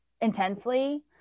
intensely